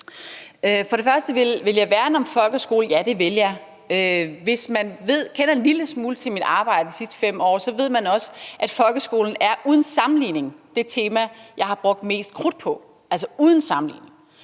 til det første, om jeg vil værne om folkeskolen: Ja, det vil jeg. Hvis man kender en lille smule til mit arbejde de sidste 5 år, ved man også, at folkeskolen uden sammenligning – altså uden sammenligning